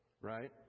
right